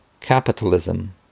capitalism